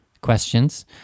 questions